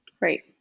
Right